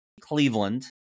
Cleveland